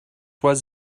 was